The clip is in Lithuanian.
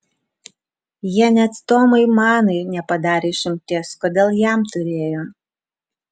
jie net tomui manui nepadarė išimties kodėl jam turėjo